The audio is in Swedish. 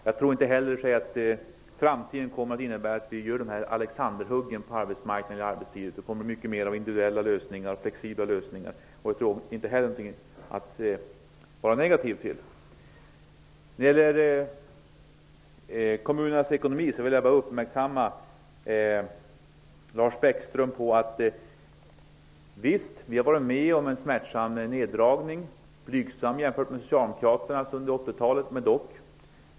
Jag tror i och för sig inte att framtiden kommer att innebära att vi kommer att kunna göra sådana alexanderhugg på arbetsmarknaden och av arbetstiden. Det kommer snarare mera att bli fråga om individuella och flexibla lösningar. Det behöver man inte heller vara negativ till. Jag vill göra Lars Bäckström uppmärksam på ett förhållande när det gäller kommunernas ekonomi. Vi har varit med om en smärtsam neddragning. Den är dock blygsam om man jämför med socialdemokraternas neddragning under 80-talet.